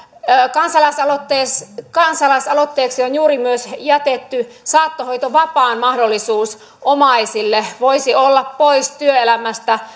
kansalaisaloitteeksi kansalaisaloitteeksi on juuri myös jätetty saattohoitovapaan mahdollisuus omaisille voisi olla poissa työelämästä